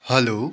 hello